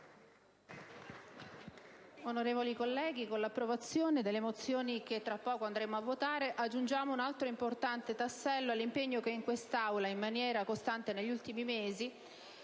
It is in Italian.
onorevoli colleghi, con l'approvazione delle mozioni che ci apprestiamo a votare, aggiungiamo un altro importante tassello all'impegno che in quest'Aula, in maniera costante negli ultimi mesi,